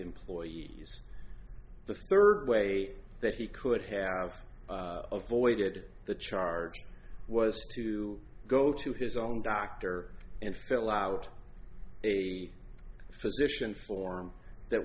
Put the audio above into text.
employees the third way that he could have avoided the charge was to go to his own doctor and fill out a physician form that